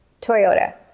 Toyota